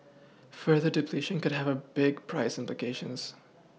further depletion could have a big price implications